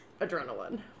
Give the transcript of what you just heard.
adrenaline